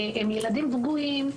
הם ילדים פגועים.